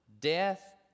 death